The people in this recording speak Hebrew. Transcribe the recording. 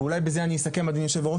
ואולי בזה אני אסכם אדוני היושב ראש,